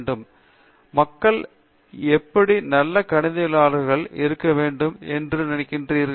பேராசிரியர் பிரதாப் ஹரிதாஸ் சரி மக்கள் எப்படி நல்ல கணிதவியலாளர்களாக இருக்க வேண்டும் என்று நீங்கள் நினைக்கிறீர்கள்